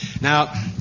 Now